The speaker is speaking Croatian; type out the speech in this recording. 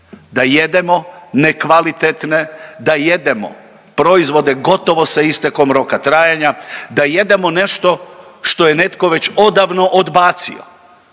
Da jedemo nekvalitetne, da jedemo proizvode gotovo sa istekom roka trajanja, da jedemo nešto što je netko već odavno odbacio.